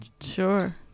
Sure